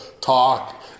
talk